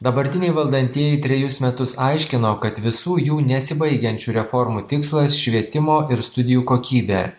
dabartiniai valdantieji trejus metus aiškino kad visų jų nesibaigiančių reformų tikslas švietimo ir studijų kokybė